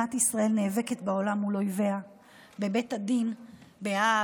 שמדינת ישראל נאבקת בעולם מול אויביה בבית הדין בהאג